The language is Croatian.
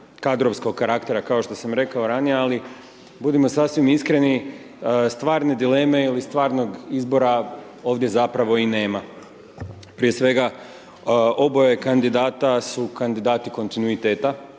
kadrovskog karaktera kao što sam rekao ranije, ali budimo sasvim iskreni, stvarne dileme ili stvarnog izbora ovdje zapravo i nema. Prije svega oboje kandidata su kandidati kontinuiteta,